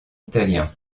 italien